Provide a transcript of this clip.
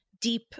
Deep